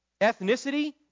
Ethnicity